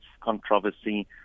controversy